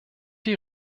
die